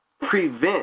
prevent